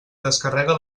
descarrega